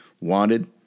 wanted